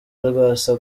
rwasa